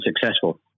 successful